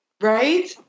right